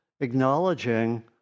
acknowledging